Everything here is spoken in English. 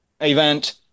event